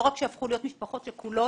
לא רק שהפכו להיות משפחות שכולות,